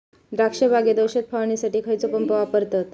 द्राक्ष बागेत औषध फवारणीसाठी खैयचो पंप वापरतत?